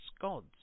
gods